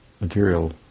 material